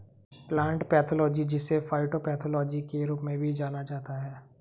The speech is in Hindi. प्लांट पैथोलॉजी जिसे फाइटोपैथोलॉजी के रूप में भी जाना जाता है